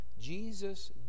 Jesus